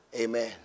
amen